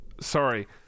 sorry